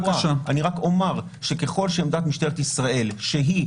אני רק אגיד שככל שעמדת משטרת ישראל שהיא